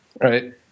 right